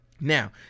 Now